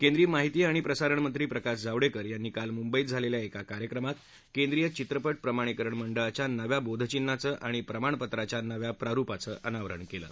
केंद्रीय माहिती आणि प्रसारण मंत्री प्रकाश जावडक्ति यांनी काल मुंबईत झालल्या एका कार्यक्रमात केंद्रीय चित्रपप्रमाणीकरण मंडळाच्या नव्या बोधचिन्हाचं आणि प्रमाणपत्राच्या नव्या प्रारुपाचं अनावरण कलि